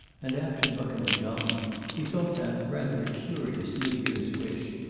and after buckham had gone he thought that rather a curious new-year's wish.